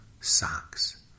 socks